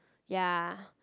ya